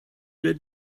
their